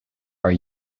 are